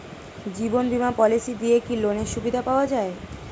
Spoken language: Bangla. জীবন বীমা পলিসি দিয়ে কি লোনের সুবিধা পাওয়া যায়?